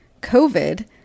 COVID